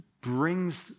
brings